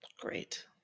Great